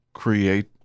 create